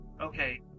okay